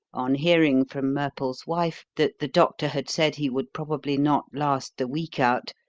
on hearing from murple's wife that the doctor had said he would probably not last the week out,